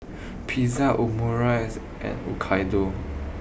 Pizza Omurice and Dhokla